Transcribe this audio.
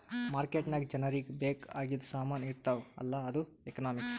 market ನಾಗ್ ಜನರಿಗ ಬೇಕ್ ಆಗಿದು ಸಾಮಾನ್ ಇರ್ತಾವ ಅಲ್ಲ ಅದು ಎಕನಾಮಿಕ್ಸ್